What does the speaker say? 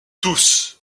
tous